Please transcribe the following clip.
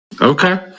Okay